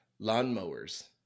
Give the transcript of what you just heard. lawnmowers